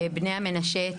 בני המנשה,